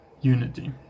unity